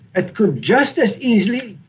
it could just as easily,